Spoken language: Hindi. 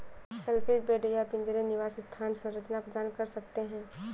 शेलफिश बेड या पिंजरे निवास स्थान संरचना प्रदान कर सकते हैं